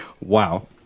Wow